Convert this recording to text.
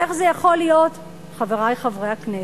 איך זה יכול להיות, חברי חברי הכנסת,